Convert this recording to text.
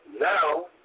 Now